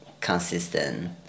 consistent